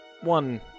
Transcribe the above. one